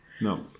No